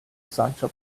sancho